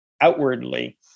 outwardly